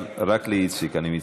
אבל רק לאיציק, אני מצטער.